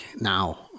Now